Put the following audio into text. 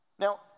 Now